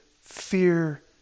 fear